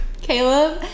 caleb